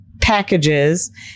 packages